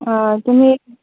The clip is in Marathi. तुम्ही